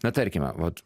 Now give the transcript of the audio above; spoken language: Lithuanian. na tarkime vat